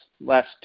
last